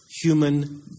human